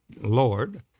Lord